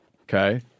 okay